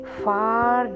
far